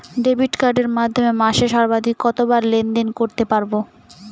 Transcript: Debit কার্ডের মাধ্যমে মাসে সর্বাধিক কতবার লেনদেন করতে পারবো?